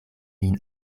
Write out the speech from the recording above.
lin